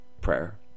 prayer